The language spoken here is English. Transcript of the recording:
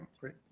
great